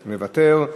מוותר.